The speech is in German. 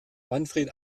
manfred